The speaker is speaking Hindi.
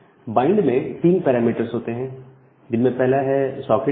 बाइंड में 3 पैरामीटर्स होते हैं जिनमें पहला है सॉकेट आई डी